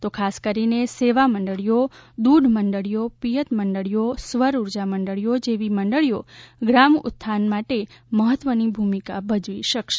તો ખાસ કરીને સેવા મંડળીઓ દુધ મંડળીઓ પીયત મંડળીઓ સ્વરઉર્જા મંડળીઓ જેવી મંડળીઓ ગ્રામ્ય ઉથ્થાનમાં માટે મહત્વની ભુમીકા ભજવી શકશે